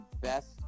best